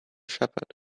shepherd